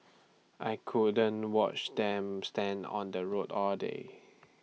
I couldn't watch them stand on the road all day